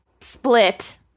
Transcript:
split